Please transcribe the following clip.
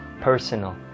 personal